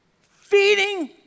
Feeding